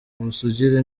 ubusugire